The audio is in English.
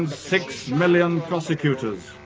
and six million prosecutors